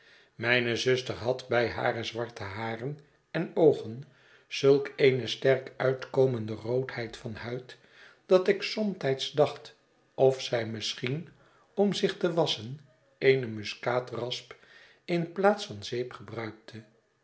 mijne zuster had bij hare zwarte haren en oogen zulk eene sterk uitkomende roodheid van huid dat ik somtijds dacht of zij misschien om zich te wasschen eene muskaatrasp in plaats van zeep gebruikte